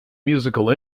musical